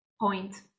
point